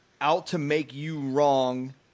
out-to-make-you-wrong